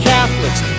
Catholics